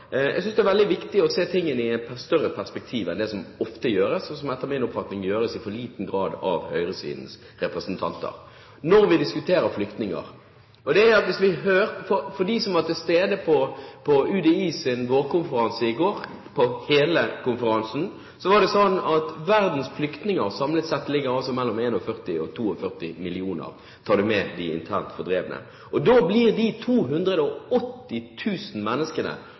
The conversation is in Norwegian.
å se tingene i et større perspektiv enn det som ofte gjøres, og som etter min oppfatning gjøres i for liten grad av høyresidens representanter. Vi diskuterer flyktninger. De som var til stede på UDIs vårkonferanse i går – på hele konferansen – vet at tallet på verdens flyktninger samlet sett ligger mellom 41 millioner og 42 millioner om du tar med de internt fordrevne. Da blir de omtrent 280 000 menneskene